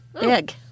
Big